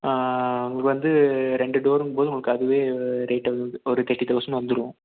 இது வந்து ரெண்டு டோருங்கும்போது உங்களுக்கு அதுவே ரேட் ஆகுது ஒரு தேர்ட்டி தௌசண்ட் வந்துடும்